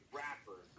rapper